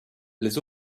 les